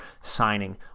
signing